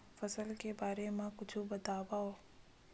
फसल के बारे मा कुछु बतावव